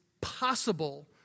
possible